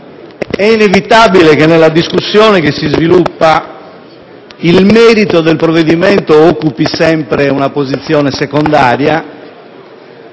è inevitabile che, nella discussione che ne consegue, il merito del provvedimento occupi sempre una posizione secondaria.